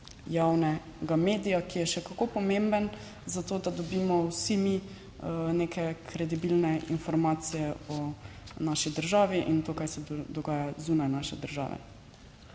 javnega medija, ki je še kako pomemben za to, da dobimo vsi mi neke kredibilne informacije o naši državi in to, kaj se dogaja zunaj naše države.